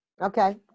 Okay